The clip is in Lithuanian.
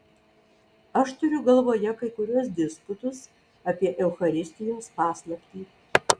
aš turiu galvoje kai kuriuos disputus apie eucharistijos paslaptį